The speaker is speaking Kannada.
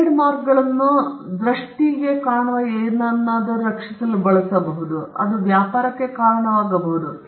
ಟ್ರೇಡ್ಮಾರ್ಕ್ಗಳನ್ನು ಶಬ್ದಗಳನ್ನು ರಕ್ಷಿಸಲು ಬಳಸಲಾಗುತ್ತದೆ ಅದು ವ್ಯಾಪಾರಕ್ಕೆ ಕಾರಣವಾಗಬಹುದು